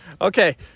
Okay